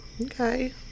okay